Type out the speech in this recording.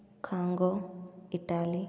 Congo Italy